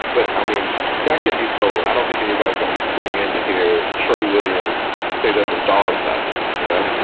but i mean, that can be stolen. i don't think anybody's going to be tuning in to hear trey williams say there's some dogs out there you know,